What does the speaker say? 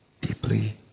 deeply